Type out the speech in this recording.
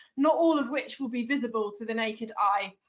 not all of which will be visible to the naked eye.